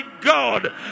God